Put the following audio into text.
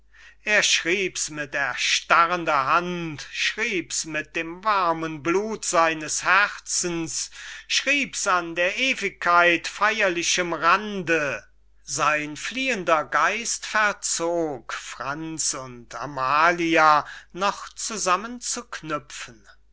er schrieb's mit erstarrender hand schrieb's mit dem warmen blut seines herzens schrieb's an der ewigkeit feyerlichem rande sein fliehender geist verzog franz und amalia noch zusammen zu knüpfen